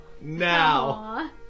now